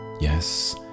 Yes